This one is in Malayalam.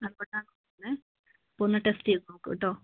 അപ്പോൾ എന്നാൽ പിന്നെ ഒന്ന് ടെസ്റ്റ് ചെയ്ത് നോക്കൂ കേട്ടോ